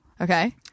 Okay